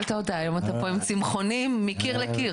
אף אחד מאתנו לא הציע לאסור על אנשים לאכול עוף,